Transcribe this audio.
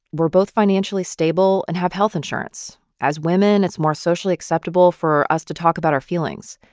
we're both financially stable and have health insurance. as women, it's more socially acceptable for us to talk about our feelings.